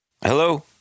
Hello